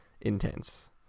intense